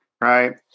Right